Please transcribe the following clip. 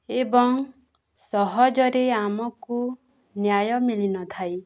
ଏବଂ ସହଜରେ ଆମକୁ ନ୍ୟାୟ ମିଳିନଥାଏ